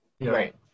Right